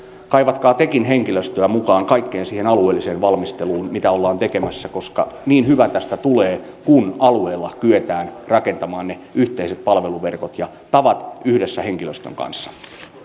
kaivatkaa tekin henkilöstöä mukaan kaikkeen siihen alueelliseen valmisteluun mitä ollaan tekemässä koska niin hyvä tästä tulee kuin alueella kyetään rakentamaan ne yhteiset palveluverkot ja tavat yhdessä henkilöstön kanssa